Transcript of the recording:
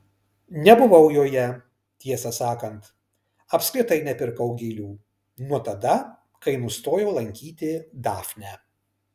nebuvau joje tiesą sakant apskritai nepirkau gėlių nuo tada kai nustojau lankyti dafnę